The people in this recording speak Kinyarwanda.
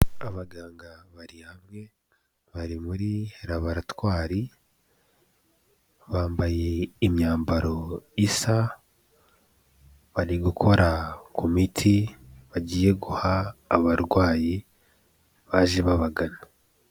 Abaganga bari hamwe bari muri laboratwari, bambaye imyambaro isa, bari gukora ku miti bagiye guha abarwayi baje babagana.